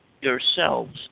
yourselves